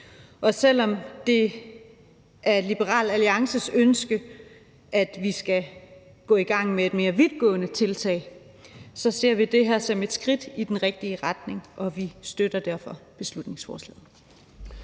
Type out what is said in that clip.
Og selv om det er Liberal Alliances ønske, at vi skal gå i gang med et mere vidtgående tiltag, ser vi det her som et skridt i den rigtige retning, og vi støtter derfor beslutningsforslaget.